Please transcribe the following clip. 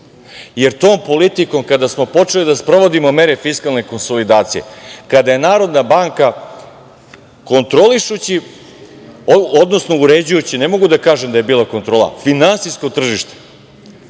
jer tom politikom, kada smo počeli da sprovodimo mere fiskalne konsolidacije, kada je NBS kontrolišući, odnosno uređujući, ne mogu da kažem da je bila kontrola, finansijsko tržište,